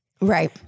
Right